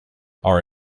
are